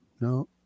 No